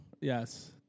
Yes